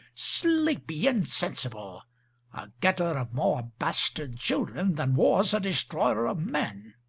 sleepy, insensible a getter of more bastard children than war's a destroyer of men.